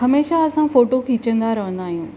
हमेशा असां फोटो खीचंदा रहंदा आहियूं